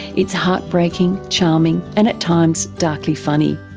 it's heartbreaking, charming and at times darkly funny.